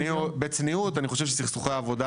בצניעות, אני חושב שסכסוכי העבודה,